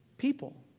people